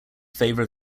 favor